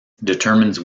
determines